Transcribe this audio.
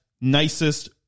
nicest